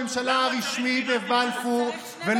המעונות, חבר הכנסת כץ, אתה שואל, אני עונה.